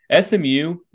SMU